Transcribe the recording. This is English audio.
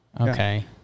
Okay